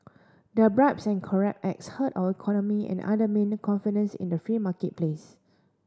their bribes and corrupt acts hurt our economy and undermine confidence in the free marketplace